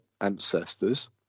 ancestors